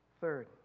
Third